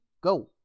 Go